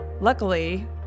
Luckily